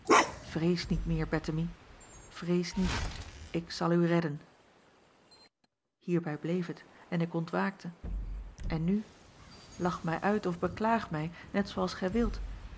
vrees niet meer ettemie vrees niet ik zal u redden ierbij bleef het en ik ontwaakte en nu lach mij uit of beklaag mij net zoo